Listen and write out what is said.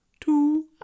Two